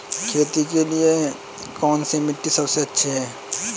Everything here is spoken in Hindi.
खेती के लिए कौन सी मिट्टी सबसे अच्छी है?